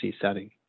setting